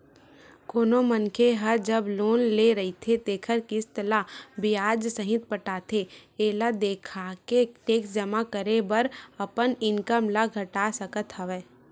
कोनो मनखे ह जब लोन ले रहिथे तेखर किस्ती ल बियाज सहित पटाथे एला देखाके टेक्स जमा करे बर अपन इनकम ल घटा सकत हवय